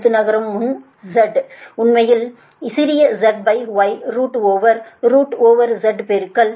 அடுத்து நகரும் முன் ZC உண்மையில் சிறிய zy root over root over z பெருக்கல்